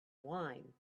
wine